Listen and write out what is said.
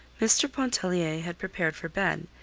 mr. pontellier had prepared for bed,